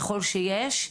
ככל שיש.